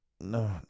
No